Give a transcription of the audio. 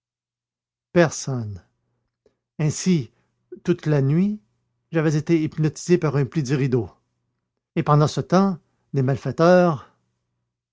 personne ainsi toute la nuit j'avais été hypnotisé par un pli de rideau et pendant ce temps des malfaiteurs